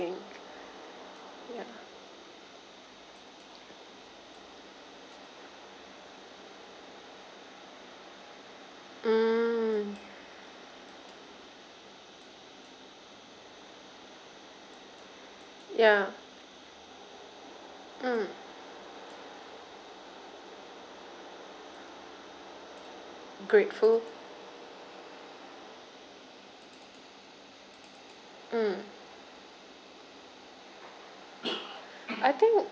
ya mm ya mm grateful mm I think